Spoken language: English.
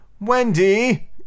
wendy